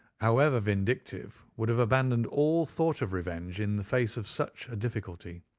however vindictive, would have abandoned all thought of revenge in the face of such a difficulty,